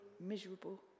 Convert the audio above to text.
miserable